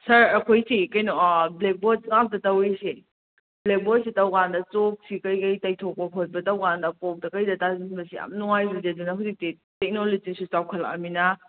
ꯁꯥꯔ ꯑꯩꯈꯣꯏꯁꯤ ꯀꯩꯅꯣ blackboard ꯉꯥꯛꯇ ꯇꯧꯔꯤꯁꯤ ꯕ꯭ꯂꯦꯛ ꯕꯣꯔꯗꯁꯦ ꯇꯧꯔꯀꯥꯟꯗ ꯆꯣꯛꯁꯤ ꯀꯩꯀꯩ ꯇꯩꯊꯣꯛꯄ ꯈꯣꯠꯄ ꯇꯧꯀꯥꯟꯗ ꯀꯣꯛꯇ ꯀꯩꯗ ꯇꯥꯁꯤꯟꯕꯁꯦ ꯌꯥꯝ ꯅꯨꯉꯥꯏꯖꯗꯦ ꯑꯗꯨꯅ ꯍꯧꯖꯤꯛꯇꯤ ꯇꯦꯛꯅꯣꯂꯣꯖꯤꯁꯨ ꯆꯥꯎꯈꯠ ꯂꯛꯑꯃꯤꯅ